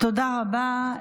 תודה רבה.